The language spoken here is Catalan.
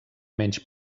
menys